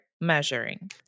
measuring